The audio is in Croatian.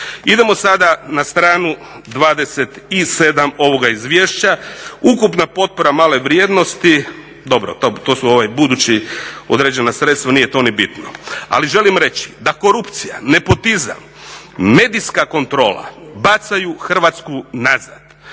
Idemo sada na stranu 27 ovoga izvješća. Ukupna potpora male vrijednosti, dobro to su buduća određena sredstva, nije to ni bitno. Ali želim reći da korupcija, nepotizam, medijska kontrola bacaju Hrvatsku nazad.